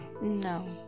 No